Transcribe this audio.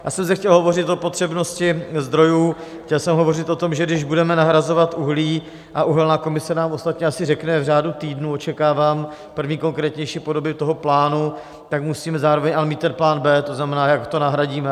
Já jsem zde chtěl hovořit o potřebnosti zdrojů, chtěl jsem hovořit o tom, že když budeme nahrazovat uhlí, a uhelná komise nám ostatně asi řekne, v řádu týdnů očekávám první konkrétnější podoby plánu, tak ale musíme zároveň mít plán B, to znamená, jak to nahradíme.